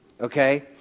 okay